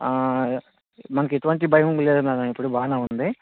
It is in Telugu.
మనకు ఎటువంటి భయము లేదు మేడమ్ ఇప్పుడు బాగానే ఉంది